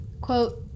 Quote